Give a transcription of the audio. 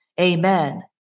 amen